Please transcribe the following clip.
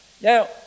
Now